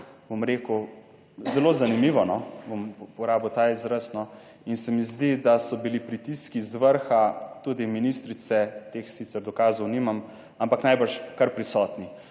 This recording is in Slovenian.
bom rekel, zelo zanimivo, no, bom uporabil ta izraz, no in se mi zdi, da so bili pritiski z vrha, tudi ministrice, teh sicer dokazov nimam, ampak najbrž kar prisotni.